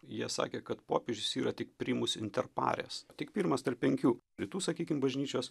jie sakė kad popiežius yra tik primus interpares tik pirmas tarp penkių rytų sakykim bažnyčios